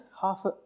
half